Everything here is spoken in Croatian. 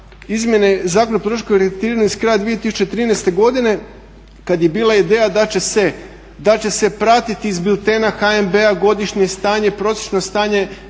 izmjene, …/Govornik se ne razumije./… s kraja 2013. godine kada je bila ideja da će se pratiti iz Biltena HNB-a godišnje stanje, prosječno stanje